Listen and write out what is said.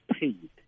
paid